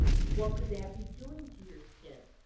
what could that be doing to your skin.